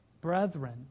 Brethren